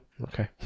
Okay